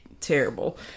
Terrible